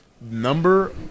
number